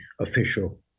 official